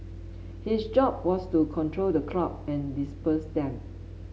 his job was to control the crowd and disperse them